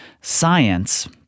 Science